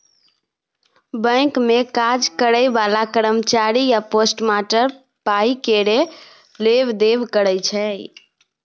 bank मे काज करय बला कर्मचारी या पोस्टमास्टर पाइ केर लेब देब करय छै